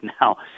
now